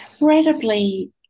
incredibly